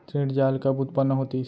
ऋण जाल कब उत्पन्न होतिस?